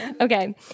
Okay